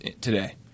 today